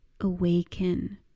awaken